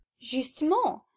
Justement